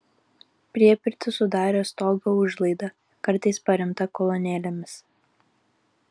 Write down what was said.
priepirtį sudarė stogo užlaida kartais paremta kolonėlėmis